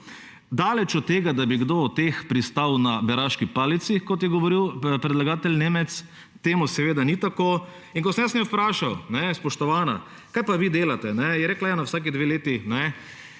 Daleč od tega, da bi kdo o teh pristal na beraški palici, kot je govoril predlagatelj Nemec. Temu seveda ni tako. In ko sem jaz njo vprašal – Spoštovana, kaj pa vi delate? Je rekla – Na vsaki dve leti